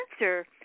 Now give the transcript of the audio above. answer